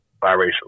biracial